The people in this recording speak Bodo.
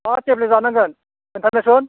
मा टेब्लेट जानांगोन खोन्थानायसुन